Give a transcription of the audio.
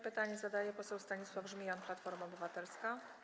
Pytanie zadaje poseł Stanisław Żmijan, Platforma Obywatelska.